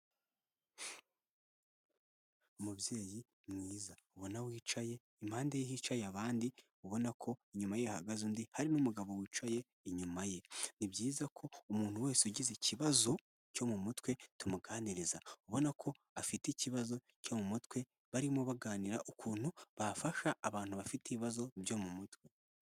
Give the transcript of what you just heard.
Umubyeyi mwiza ubona wicaye impande hicaye abandi ubona ko inyuma yahagaze undi hari n'umugabo wicaye inyuma ye ni byiza ko umuntu wese ugize ikibazo cyo mu mutwe tumuganiriza ubona ko afite ikibazo cyo mu mutwe barimo baganira ukuntu bafasha abantu bafite ibibazo byo mu mutwe.